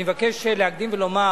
אני מבקש להקדים ולומר